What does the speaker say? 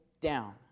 down